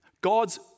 God's